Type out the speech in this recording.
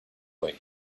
way